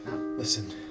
Listen